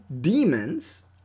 demons